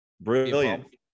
brilliant